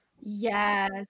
Yes